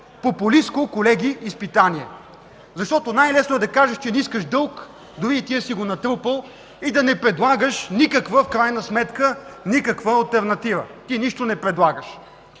популистко, колеги, изпитание. Най-лесно е да кажеш, че не искаш дълг, дори и ти да си го натрупал, и да не предлагаш в крайна сметка никаква алтернатива, ти нищо не предлагаш.